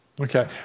Okay